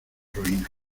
ruinas